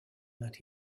that